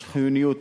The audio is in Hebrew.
יש חיוניות